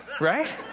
right